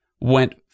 went